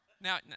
Now